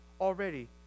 already